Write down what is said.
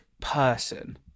person